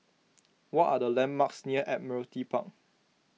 what are the landmarks near Admiralty Park